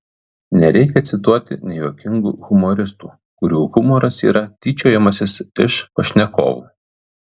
nereikia cituoti nejuokingų humoristų kurių humoras yra tyčiojimasis iš pašnekovų